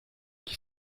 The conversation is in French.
qui